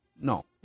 no